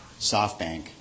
SoftBank